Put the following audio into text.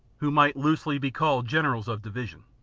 who might loosely be called generals of division.